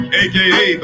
aka